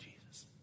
Jesus